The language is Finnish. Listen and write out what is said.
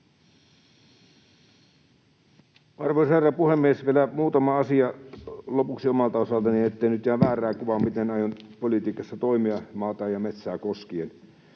Arvoisa herra puhemies! Vielä muutama asia lopuksi omalta osaltani, ettei nyt jää väärää kuvaa, miten aion politiikassa toimia maata ja metsää koskien.